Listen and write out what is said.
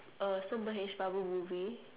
uh some Mahesh Babu movie